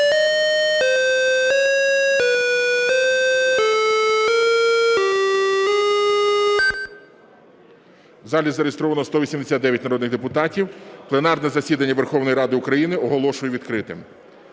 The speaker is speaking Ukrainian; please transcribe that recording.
У залі зареєстровано 189 народних депутатів. Пленарне засідання Верховної Ради України оголошую відкритим.